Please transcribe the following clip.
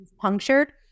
punctured